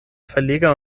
verleger